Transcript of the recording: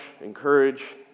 encourage